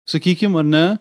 sakykim ar ne